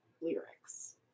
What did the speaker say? lyrics